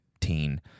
teen